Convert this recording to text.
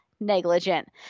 negligent